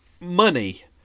money